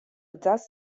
das